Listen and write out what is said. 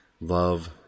Love